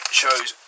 shows